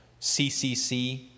CCC